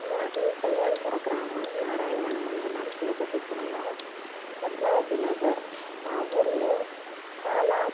మాది కళ్యాణ్పుర గ్రామం నారాయణ వనం మండలం తిరుపతి జిల్లా పద్మావతి నగర్ మా ఊర్లో చాలా